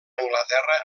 anglaterra